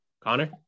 Connor